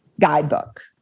Guidebook